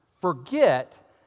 forget